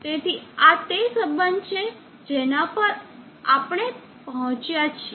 તેથી આ તે સંબંધ છે જેના પર આપને પહોચ્યાં છીએ